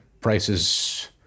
prices